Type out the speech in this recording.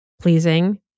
pleasing